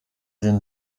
den